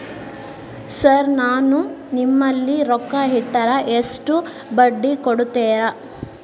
Sir ನಾನು ನಿಮ್ಮಲ್ಲಿ ರೊಕ್ಕ ಇಟ್ಟರ ಎಷ್ಟು ಬಡ್ಡಿ ಕೊಡುತೇರಾ?